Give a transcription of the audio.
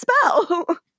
spell